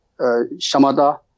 Shamada